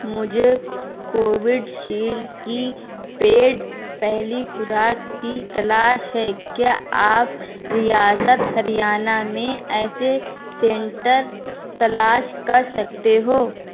مجھے Covishield کی پیڈ پہلی خوراک کی تلاش ہے کیا آپ ریاست ہریانہ میں ایسے سینٹر تلاش کر سکتے ہو